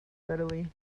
readily